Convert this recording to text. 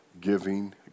giving